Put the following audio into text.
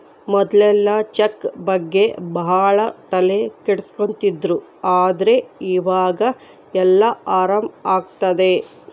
ಮೊದ್ಲೆಲ್ಲ ಚೆಕ್ ಬಗ್ಗೆ ಭಾಳ ತಲೆ ಕೆಡ್ಸ್ಕೊತಿದ್ರು ಆದ್ರೆ ಈವಾಗ ಎಲ್ಲ ಆರಾಮ್ ಆಗ್ತದೆ